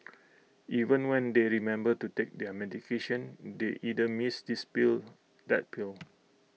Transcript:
even when they remember to take their medication they either miss this pill that pill